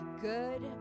good